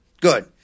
Good